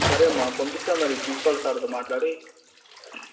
సరే అమ్మ పంపిస్తాను మరి ప్రిన్సిపల్ సార్తో మాట్లాడి